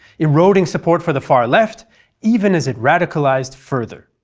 eroding support for the far left even as it radicalized further.